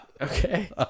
Okay